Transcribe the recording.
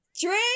drink